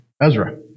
Ezra